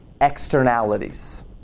externalities